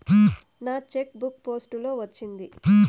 నా cheque book post లో వచ్చింది